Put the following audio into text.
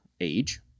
Age